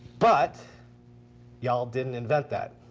but y'all didn't invent that.